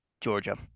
Georgia